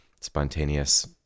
spontaneous